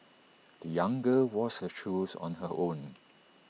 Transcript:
the young girl washed her shoes on her own